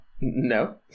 No